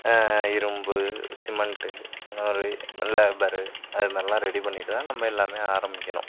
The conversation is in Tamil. இரும்பு சிமெண்ட்டு அந்தமாதிரி அதமாதிரில்லாம் ரெடி பண்ணிட்டு தான் நம்ம எல்லாமே ஆரமிக்கணும்